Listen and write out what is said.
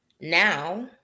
now